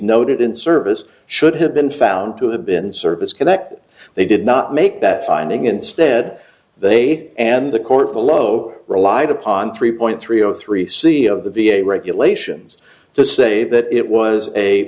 noted in service should have been found to have been service connected they did not make that finding instead they and the court below relied upon three point three zero three c of the v a regulations to say that it was a